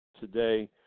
today